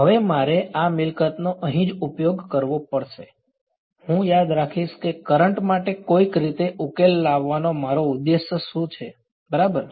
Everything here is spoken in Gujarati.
હવે મારે આ મિલકતનો અહીં જ ઉપયોગ કરવો પડશે હું યાદ રાખીશ કે કરંટ માટે કોઈક રીતે ઉકેલ લાવવાનો મારો ઉદ્દેશ્ય શું છે બરાબર